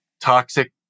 toxic